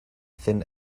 thin